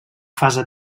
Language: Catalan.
fase